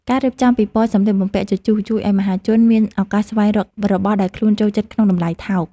ការរៀបចំពិព័រណ៍សម្លៀកបំពាក់ជជុះ ជួយឱ្យមហាជនមានឱកាសស្វែងរករបស់ដែលខ្លួនចូលចិត្តក្នុងតម្លៃថោក។